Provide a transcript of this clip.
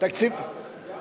גם